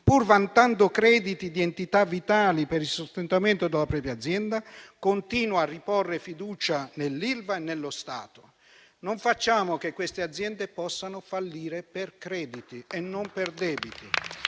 pur vantando crediti di entità vitali per il sostentamento della propria azienda, continua a riporre fiducia nell'Ilva e nello Stato. Non facciamo che queste aziende possano fallire per crediti e non per debiti.